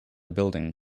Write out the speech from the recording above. building